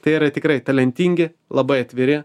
tai yra tikrai talentingi labai atviri